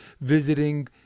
visiting